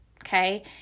okay